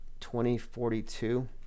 2042